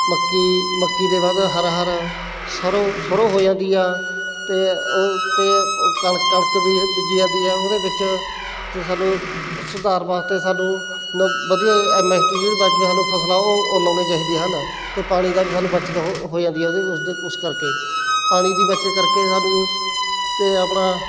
ਮੱਕੀ ਮੱਕੀ ਤੋਂ ਬਾਅਦ ਹਰਹਰ ਸਰ੍ਹੋਂ ਸਰ੍ਹੋਂ ਹੋ ਜਾਂਦੀ ਆ ਅਤੇ ਓ ਅਤੇ ਕਣਕ ਕਣਕ ਬੀ ਬੀਜੀ ਜਾਂਦੀ ਆ ਉਹਦੇ ਵਿੱਚ ਅਤੇ ਸਾਨੂੰ ਸੁਧਾਰ ਵਾਸਤੇ ਸਾਨੂੰ ਨ ਵਧੀਆ ਐੱਮ ਐੱਸ ਟੀ ਸਾਨੂੰ ਫਸਲਾਂ ਉਹ ਲਾਉਣੀਆਂ ਚਾਹੀਦੀਆਂ ਹਨ ਅਤੇ ਪਾਣੀ ਦਾ ਵੀ ਸਾਨੂੰ ਬੱਚਤ ਹੋ ਹੋ ਜਾਂਦੀ ਆ ਉਸ ਕਰਕੇ ਪਾਣੀ ਦੀ ਬੱਚਤ ਕਰਕੇ ਸਾਨੂੰ ਅਤੇ ਆਪਣਾ